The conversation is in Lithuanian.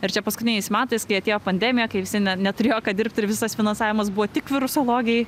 ir čia paskutiniais metais kai atėjo pandemija kai visi ne neturėjo ką dirbt ir visas finansavimas buvo tik virusologijai